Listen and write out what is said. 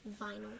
vinyl